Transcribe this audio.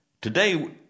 Today